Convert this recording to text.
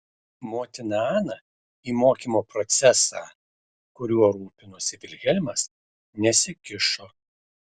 motina ana į mokymo procesą kuriuo rūpinosi vilhelmas nesikišo